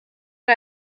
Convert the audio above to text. and